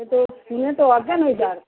এ তো শুনে তো অজ্ঞ্যান হয়ে জাওয়ার